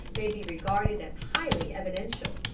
may be regarded as highly evidential.